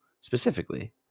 specifically